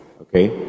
okay